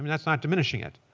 that's not diminishing it.